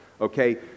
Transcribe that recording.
okay